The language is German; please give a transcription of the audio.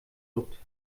juckt